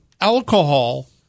alcohol –